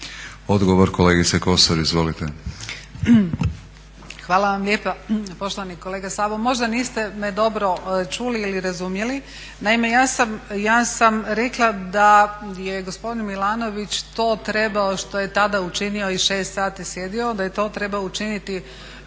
**Kosor, Jadranka (Nezavisni)** Hvala vam lijepa poštovani kolega Sabo. Možda niste me dobro čuli ili razumjeli, naime ja sam rekla da je gospodin Milanović to trebao što je tada učinio i 6 sati sjedio, da je to trebao učiniti